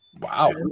Wow